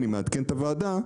אני מעדכן את הוועדה,